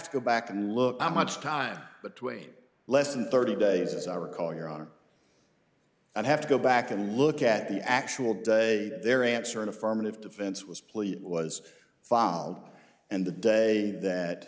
to go back and look how much time between less than thirty days as i recall you're on i have to go back and look at the actual date their answer an affirmative defense was plea was followed and the day that